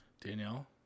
Danielle